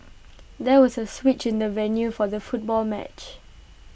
there was A switch in the venue for the football match